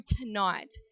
tonight